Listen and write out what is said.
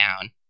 down